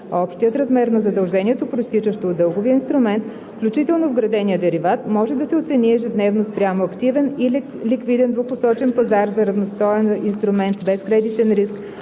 общият размер на задължението, произтичащо от дълговия инструмент, включително вградения дериват, може да се оцени ежедневно спрямо активен и ликвиден двупосочен пазар за равностоен инструмент без кредитен риск